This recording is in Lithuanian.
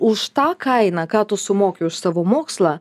už tą kainą ką tu sumoki už savo mokslą